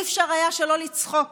לא היה אפשר שלא לצחוק